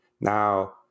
Now